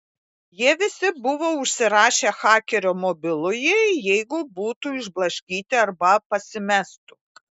jie visi buvo užsirašę hakerio mobilųjį jeigu būtų išblaškyti arba pasimestų